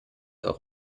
auch